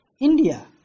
India